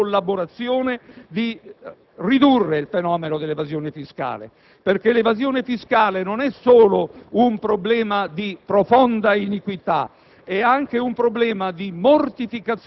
che possa consentire, con la collaborazione di tutti, di ridurre il fenomeno dell'evasione fiscale. Infatti, l'evasione fiscale non è solo un fenomeno di profonda iniquità,